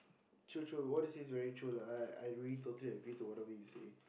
true true what you see is very true lah I I really totally agree to what we see